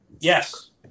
Yes